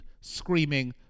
screaming